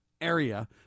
area